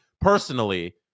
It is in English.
personally